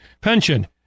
pension